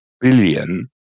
billion